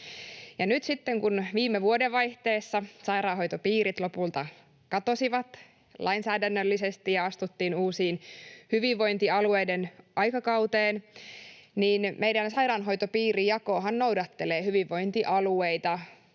nyt sitten, kun viime vuodenvaihteessa sairaanhoitopiirit lopulta katosivat lainsäädännöllisesti ja astuttiin uuteen hyvinvointialueiden aikakauteen, meidän sairaanhoitopiirijakohan noudattelee hyvinvointialueita